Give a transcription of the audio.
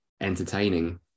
entertaining